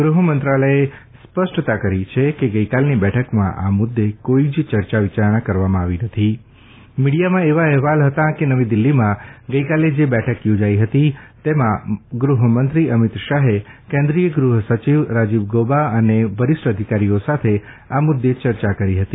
ગૃહ મંત્રાલયે સ્પષ્ટતા કરી છે કે ગઇકાલની બેઠકમાં આ મુદ્દે કોઇ જ ચર્ચા વિચારણા કરવામાં આવી નથી મિડીયામાં એવા અહેવાલ હતા કે નવી દિલ્હીમાં ગઇકાલે જે બેઠક યોજાઇ હતી તેમાં ગૃહમંત્રી અમિત શાહે કેન્દ્રિય ગૃહ સચિવ રાજીવ ગોબા અને વરિષ્ઠ અધિકારીઓ સાથે આ મુદ્દે ચર્ચા કરી હતી